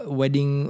wedding